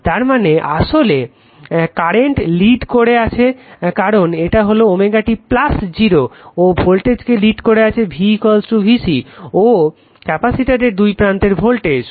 তার মানে আসলে কারেন্ট লিড করে আছে কারণ এটা হলো ω t 0 ও ভোল্টেজকে লিড করে আছে V VC ও ক্যাপাসিটরের দুই প্রান্তের ভোল্টেজ